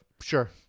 Sure